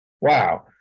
wow